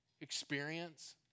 Experience